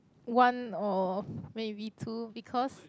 one or maybe two because